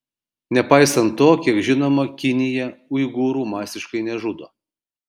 nepaisant to kiek žinoma kinija uigūrų masiškai nežudo